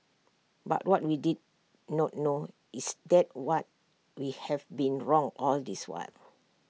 but what we did not know is that what we have been wrong all this while